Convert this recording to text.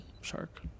Shark